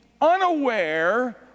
unaware